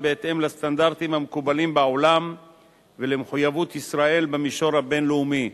בהתאם לסטנדרטים המקובלים בעולם ולמחויבות ישראל במישור הבין-לאומי.